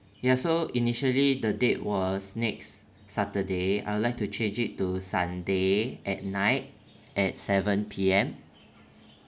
ya so initially the date was next saturday I would like to change it to sunday at night at seven P_M